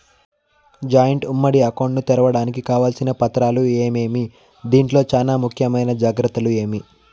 Joint ఉమ్మడి account ను తెరవడానికి కావాల్సిన పత్రాలు ఏమేమి? దీంట్లో చానా ముఖ్యమైన జాగ్రత్తలు ఏమి?